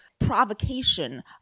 Provocation